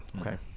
Okay